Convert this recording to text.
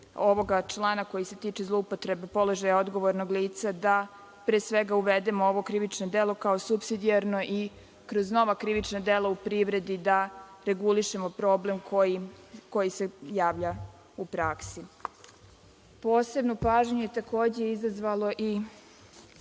člana koji se tiče zloupotrebe položaja odgovornog lica da pre svega uvedemo ovo krivično delo kao supsidijarno i kroz nova krivična dela u privredi da regulišemo problem koji se javlja u praksi. Posebnu pažnju je takođe izazvalo